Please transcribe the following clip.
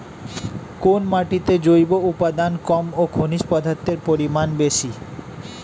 কোন মাটিতে জৈব উপাদান কম ও খনিজ পদার্থের পরিমাণ বেশি?